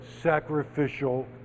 sacrificial